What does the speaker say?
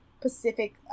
Pacific